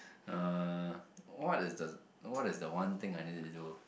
uh what is the what is the one thing I needed to do